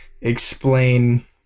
explain